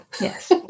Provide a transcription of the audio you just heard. Yes